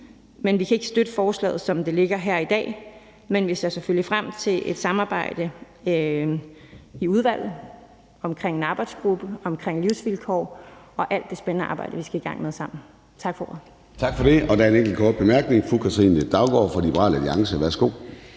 men vi kan ikke støtte forslaget, som det ligger her i dag. Men vi ser selvfølgelig frem til et samarbejde i udvalget omkring en arbejdsgruppe, omkring livsvilkår og alt det spændende arbejde, vi skal i gang med sammen. Tak for ordet.